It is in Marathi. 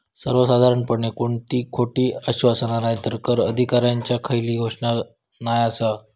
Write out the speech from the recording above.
सर्वसाधारणपणे कोणती खोटी आश्वासना नायतर कर अधिकाऱ्यांची खयली घोषणा नाय आसा